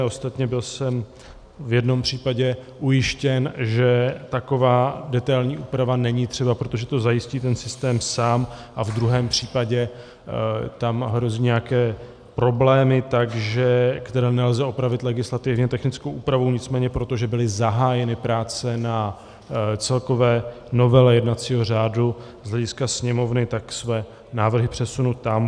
Ostatně byl jsem v jednom případě ujištěn, že taková detailní úprava není třeba, protože to zajistí ten systém sám, a v druhém případě tam hrozí nějaké problémy, které nelze opravit legislativně technickou úpravu, nicméně protože byly zahájeny práce na celkové novele jednacího řádu z hlediska Sněmovny, tak své návrhy přesunu tam.